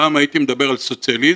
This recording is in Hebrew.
פעם הייתי מדבר על סוציאליזם,